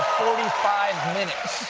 forty five minutes.